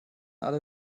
alle